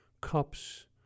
cups